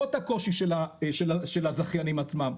למרות הקושי של הזכיינים עצמם,